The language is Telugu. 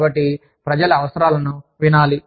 కాబట్టి ప్రజల అవసరాలను వినాలి